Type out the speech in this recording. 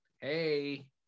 hey